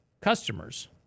customers